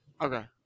Okay